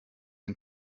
den